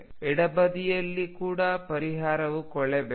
ಎಡಬದಿಯಲ್ಲಿ ಕೂಡ ಪರಿಹಾರವು ಕೊಳೆಯಬೇಕು